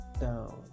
down